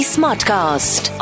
Smartcast